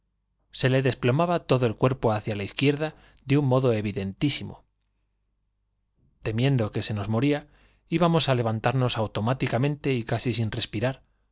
se le desplomaba todo el cuerpo hacia la izquierda de un modo evidentísimo temiendo que se nos moría íbamos á levantarnos automáticamente y casi sin respirar